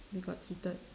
we got cheated